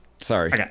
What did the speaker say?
Sorry